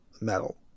metal